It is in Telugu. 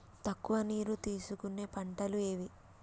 తక్కువ నీరు తీసుకునే పంటలు ఏవి?